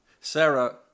Sarah